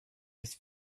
with